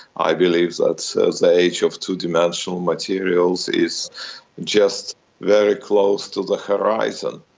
i believe that so the age of two-dimensional materials is just very close to the horizon.